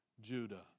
Judah